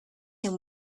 him